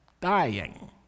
Dying